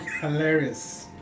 Hilarious